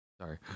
Sorry